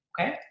okay